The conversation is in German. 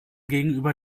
gegenüber